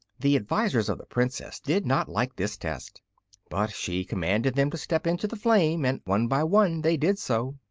the advisors of the princess did not like this test but she commanded them to step into the flame and one by one they did so,